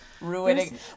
Ruining